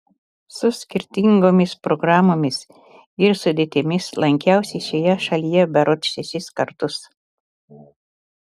su skirtingomis programomis ir sudėtimis lankiausi šioje šalyje berods šešis kartus